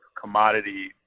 commodity